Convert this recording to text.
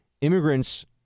immigrants